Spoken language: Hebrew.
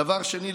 דבר שני,